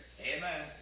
Amen